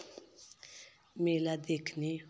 मेला देखने